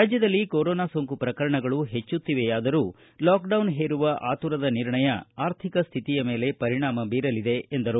ರಾಜ್ಯದಲ್ಲಿ ಕೊರೊನಾ ಸೋಂಕು ಪ್ರಕರಣಗಳು ಪೆಚ್ಚುತ್ತಿವೆಯಾದರೂ ಲಾಕ್ಡೌನ್ ಹೇರುವ ಆತುರದ ನಿರ್ಣಯ ಆರ್ಥಿಕ ಸ್ಥಿತಿ ಮೇಲೆ ಪರಿಣಾಮ ಬೀರಲಿದೆ ಎಂದು ಅವರು ತಿಳಿಸಿದರು